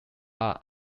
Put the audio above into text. are